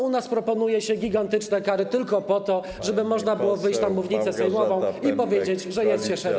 U nas proponuje się gigantyczne kary tylko po to, żeby można było wejść na mównice sejmową i powiedzieć, że jest się szeryfem.